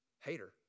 Hater